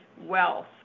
wealth